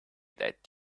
that